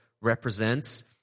represents